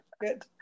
good